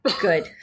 Good